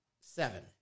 seven